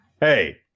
Hey